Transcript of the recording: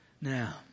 Now